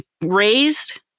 raised